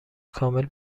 کامل